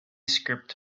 script